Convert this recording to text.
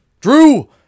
Drew